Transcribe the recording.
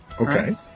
Okay